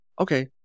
okay